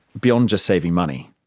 beyond just saving money?